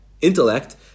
intellect